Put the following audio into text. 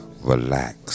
relax